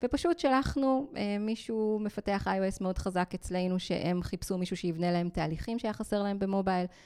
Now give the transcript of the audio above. ופשוט שלחנו מישהו מפתח iOS מאוד חזק אצלנו שהם חיפשו מישהו שיבנה להם תהליכים שהיה חסר להם במובייל.